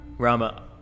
Rama